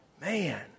Man